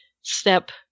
step